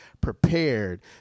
prepared